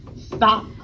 stop